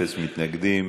אפס מתנגדים.